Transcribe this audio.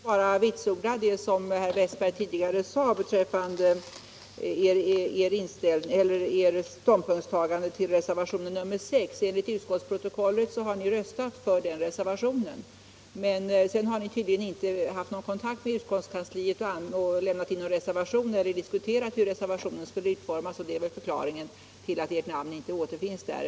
Herr talman! Jag vill bara vitsorda det som herr Westberg i Ljusdal tidigare sade beträffande ståndpunktstagandet till reservationen 6. Enligt utskottsprotokollet har ni röstat för den reservationen, men sedan har ni tydligen inte haft någon kontakt med utskottskansliet och lämnat in någon reservation eller diskuterat hur reservationen skulle utformas, och det är väl förklaringen till att ert namn inte återfinns där.